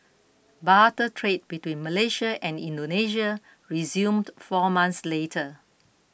barter trade between Malaysia and Indonesia resumed four months later